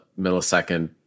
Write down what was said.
millisecond